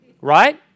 right